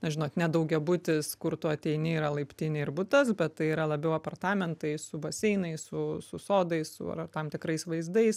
na žinot ne daugiabutis kur tu ateini yra laiptinė ir butas bet tai yra labiau apartamentai su baseinais su su sodais su tam tikrais vaizdais